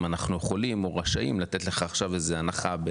אנחנו יכולים או רשאים לתת לך עכשיו איזה הנחה,